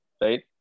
right